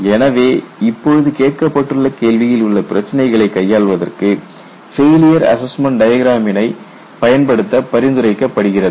எனவே இப்பொழுது கேட்கப்பட்டுள்ள கேள்வியில் உள்ள பிரச்சனைகளை கையாள்வதற்கு ஃபெயிலியர் அசஸ்மெண்ட் டயக்ராமினை பயன்படுத்த பரிந்துரைக்கப்படுகிறது